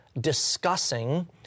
discussing